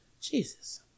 jesus